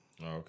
Okay